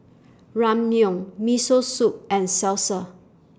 Ramyeon Miso Soup and Salsa